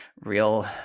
real